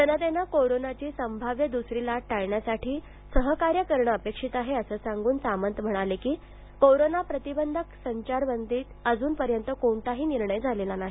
जनतेन कोरोनाची संभाव्य द्सरी लाट टाळण्यासाठी सहकार्य करण अपेक्षित आहे अस सांगून सामंत म्हणाले की करोना प्रतिबंधक संचारबंदीबाबत तूर्त कोणताही निर्णय झालेला नाही